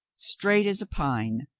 straight as a pine,